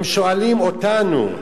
הם שואלים אותנו,